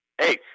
Hey